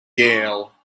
gale